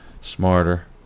smarter